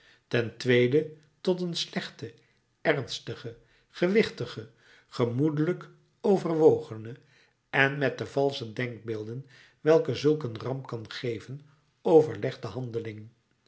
ten tweede tot een slechte ernstige gewichtige gemoedelijk overwogene en met de valsche denkbeelden welke zulk een ramp kan geven overlegde handeling